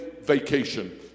Vacation